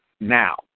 now